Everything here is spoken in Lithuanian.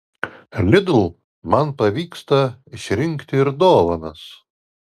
lidl man pavyksta išrinkti ir dovanas